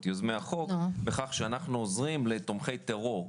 את יוזמי החוק בכך שאנחנו עוזרים לתומכי טרור,